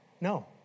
No